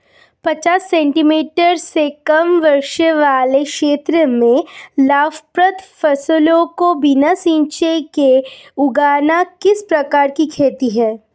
पचास सेंटीमीटर से कम वर्षा वाले क्षेत्रों में लाभप्रद फसलों को बिना सिंचाई के उगाना किस प्रकार की खेती है?